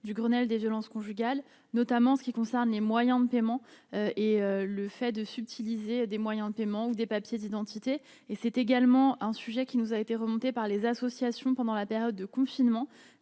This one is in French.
du Grenelle des violences conjugales, notamment en ce qui concerne les moyens de paiement et le fait de subtiliser des moyens de paiement ou des papiers d'identité et c'est également un sujet qui nous a été remonté par les associations pendant la période de confinement